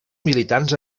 militants